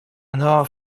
она